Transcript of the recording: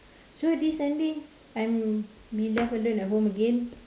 so this Sunday I'm be left alone at home again